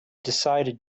decided